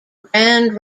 grand